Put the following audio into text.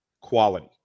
quality